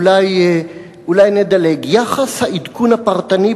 אולי נדלג: "'יחס העדכון הפרטני',